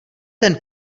ten